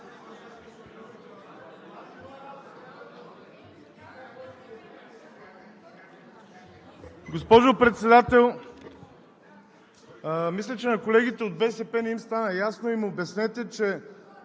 Госпожо Председател, мисля, че на колегите от БСП не им стана ясно. Обяснете им, че